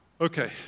Okay